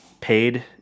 paid